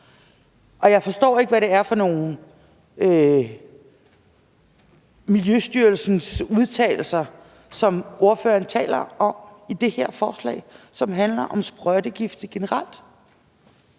Jeg forstår ikke, hvad det er for nogen af Miljøstyrelsens udtalelser, som ordføreren taler om, i det her forslag, som handler om sprøjtegifte generelt.